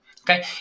Okay